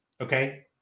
Okay